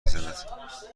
میزند